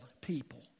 people